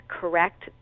correct